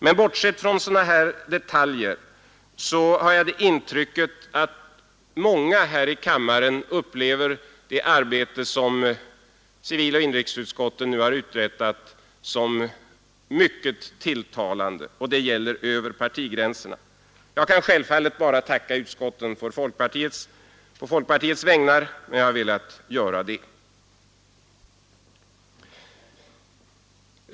Men bortsett från sådana detaljer har jag det intrycket att många ledamöter av kammaren upplever det arbete som civiloch inrikesutskotten nu har uträttat som mycket tilltalande, och det gäller över partigränserna. Jag kan självfallet bara tacka utskotten å folkpartiets vägnar, men jag har i varje fall velat göra det.